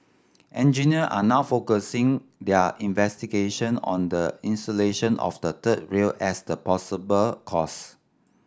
engineer are now focusing their investigation on the insulation of the third rail as the possible cause